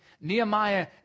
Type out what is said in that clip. Nehemiah